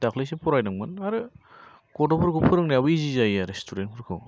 दाख्लैसो फरायदोंमोन आरो गथ'फोरखौ फोरोंनायाबो इजि जायो आरो स्टुदेन्त फोरखौ